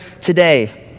today